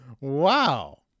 Wow